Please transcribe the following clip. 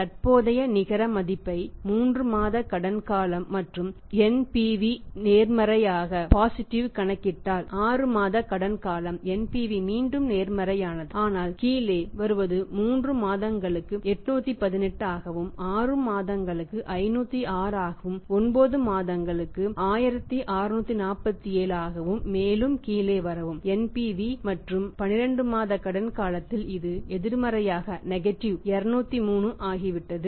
தற்போதைய நிகர மதிப்பை 3 மாத கடன் காலம் மற்றும் NPV நேர்மறையாகக் கணக்கிட்டால் ஆறு மாத கடன் காலம் NPV மீண்டும் நேர்மறையானது ஆனால் கீழே வருவது 3 மாதங்களுக்கு 818 ஆகவும் 6 மாதங்கள் 506 ஆகவும் 9 மாதங்கள் 1647 ஆகவும் மேலும் கீழே வரவும் NPV மற்றும் 12 மாத கடன் காலத்தில் இது எதிர்மறையாக 203 ஆகிவிட்டது